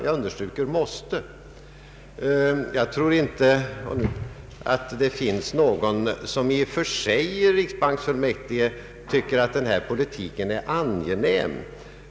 Jag tror nämligen inte att det finns någon i riksbanksfullmäktige som i och för sig tycker att denna politik är angenäm.